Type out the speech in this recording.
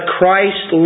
Christ